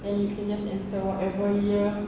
and you can just enter whatever year